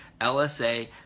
LSA